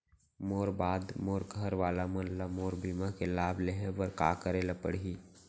मोर बाद मोर घर वाला मन ला मोर बीमा के लाभ लेहे बर का करे पड़ही?